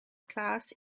class